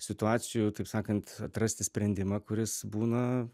situacijų taip sakant atrasti sprendimą kuris būna